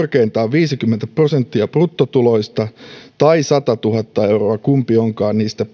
viisikymmentä prosenttia bruttotuloista tai satatuhatta euroa kumpi onkaan niistä